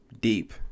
deep